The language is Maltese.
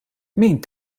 min